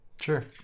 Sure